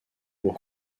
pour